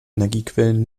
energiequellen